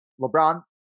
LeBron